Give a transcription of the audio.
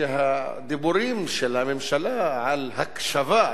שהדיבורים של הממשלה על הקשבה,